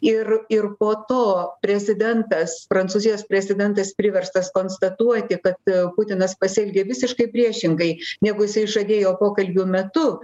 ir ir po to prezidentas prancūzijos prezidentas priverstas konstatuoti kad putinas pasielgė visiškai priešingai negu jisai žadėjo pokalbių metu